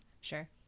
Sure